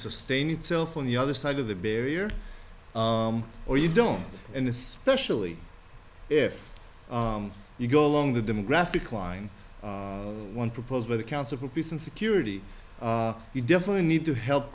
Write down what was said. sustain itself on the other side of the barrier or you don't and especially if you go along the demographic line one proposed by the council for peace and security you definitely need to help